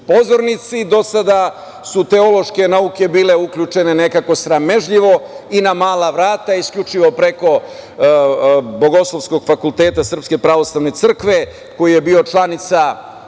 Do sada su teološke nauke bile uključene nekako sramežljivo i na mala vrata, isključivo preko Bogoslovskog fakulteta Srpske pravoslavne crkve, koji je bio članica